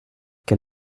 quel